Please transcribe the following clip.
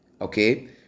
Okay